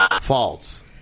False